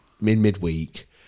mid-midweek